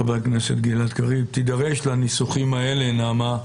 חבר הכנסת גלעד קריב, תידרש לניסוחים האלה, נעמה,